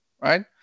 right